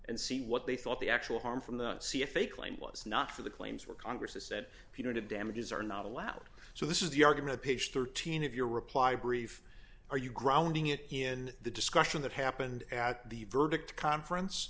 and see what they thought the actual harm from the see if they claim was not for the claims for congress is that if you don't have damages are not allowed so this is the argument page thirteen of your reply brief are you grounding it in the discussion that happened at the verdict conference